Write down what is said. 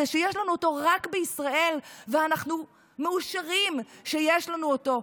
זה שיש לנו רק בישראל ואנחנו מאושרים שיש לנו אותו,